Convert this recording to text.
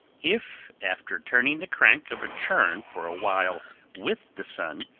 if, after turning the crank of a churn for a while with the sun,